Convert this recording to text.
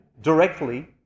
directly